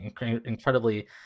incredibly